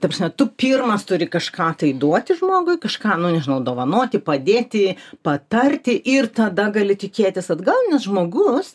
ta prasme tu pirmas turi kažką duoti žmogui kažką nu nežinau dovanoti padėti patarti ir tada gali tikėtis atgal nes žmogus